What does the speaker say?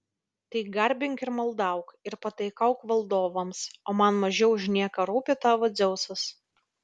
tai garbink ir maldauk ir pataikauk valdovams o man mažiau už nieką rūpi tavo dzeusas